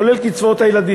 כולל קצבת הילדים,